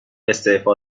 استعفا